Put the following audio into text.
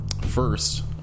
First